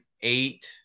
eight